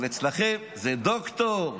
אבל אצלכם זה דוקטור.